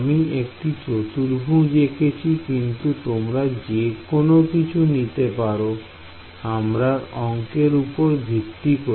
আমি একটি চতুর্ভুজ এঁকেছি কিন্তু তোমরা যে কোন কিছু নিতে পারো তোমার অংকের উপর ভিত্তি করে